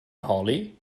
hollie